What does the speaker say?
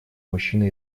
мужчины